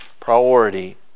priority